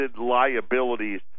liabilities